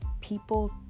people